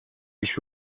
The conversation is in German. ich